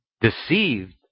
deceived